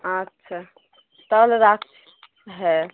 আচ্ছা তাহলে রাখছি হ্যাঁ